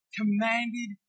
commanded